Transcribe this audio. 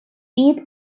wheat